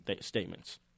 statements